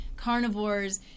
Carnivores